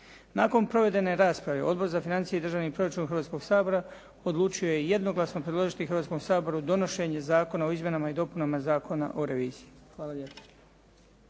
Nakon provedene rasprave Odbor za financije i državni proračun Hrvatskoga sabora odlučio je jednoglasno predložiti Hrvatskom saboru donošenje Zakona o izmjenama i dopunama Zakona o reviziji.